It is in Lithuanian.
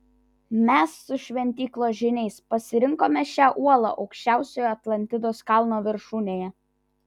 mes su šventyklos žyniais pasirinkome šią uolą aukščiausiojo atlantidos kalno viršūnėje